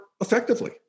effectively